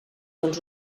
dels